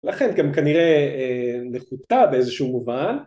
לכן גם כנראה נחותה באיזשהו מובן